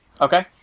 Okay